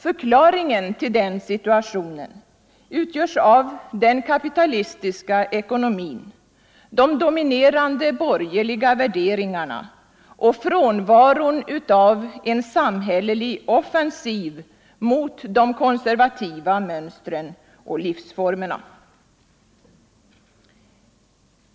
Förklaringen till den situationen är den kapitalistiska ekonomin, de dominerande borgerliga värderingarna och frånvaron av en samhällelig offensiv mot de konservativa mönstren och livsformerna.